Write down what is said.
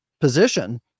position